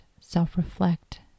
self-reflect